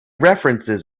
references